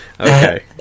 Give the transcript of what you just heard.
Okay